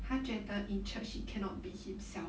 他觉得 in church he cannot be himself